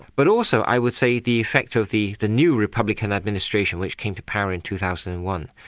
but also i would say the effect of the the new republican administration which came to power in two thousand and one,